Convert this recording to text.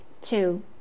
Two